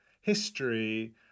history